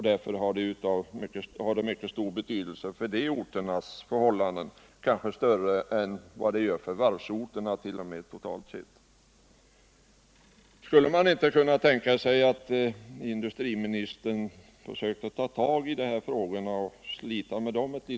Detta har mycket stor betydelse för de orternas förhållanden — kanske t.o.m. större än när det gäller varvsorterna, totalt sett. Skulle man inte kunna tänka sig att industriministern försökte ta tag i de här frågorna och slita litet med dem också?